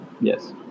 Yes